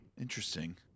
Interesting